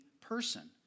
person